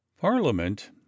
parliament